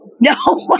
No